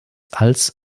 als